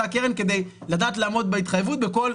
קרן כדי לדעת לעמוד בהתחייבות בכל מצב עולם.